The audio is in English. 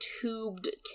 tubed